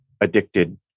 addicted